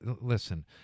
listen